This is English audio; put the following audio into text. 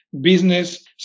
business